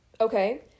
Okay